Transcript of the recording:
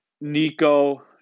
Nico